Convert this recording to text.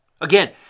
again